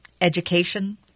education